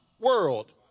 world